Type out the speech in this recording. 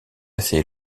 assez